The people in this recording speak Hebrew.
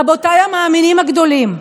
רבותיי המאמינים הגדולים,